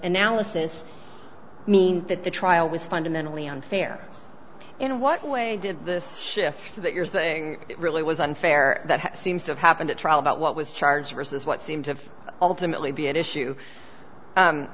analysis i mean that the trial was fundamentally unfair in what way did this shift so that you're saying it really was unfair that seems to have happened at trial about what was charged worse as what seemed to ultimately be an issue